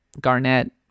Garnett